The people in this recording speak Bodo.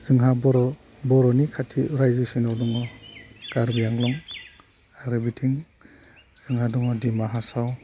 जोंहा बर' बर'नि खाथि रायजोसिनाव दङ कार्बि आंलं आरो बिथिं जोंहा दङ डिमा हासाव